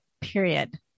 period